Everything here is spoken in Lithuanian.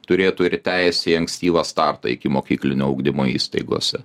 turėtų ir teisę į ankstyvą startą ikimokyklinio ugdymo įstaigose